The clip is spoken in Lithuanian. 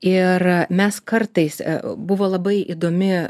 ir a mes kartais buvo labai įdomi